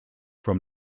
from